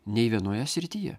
nei vienoje srityje